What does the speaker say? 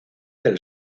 del